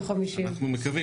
מימוניות.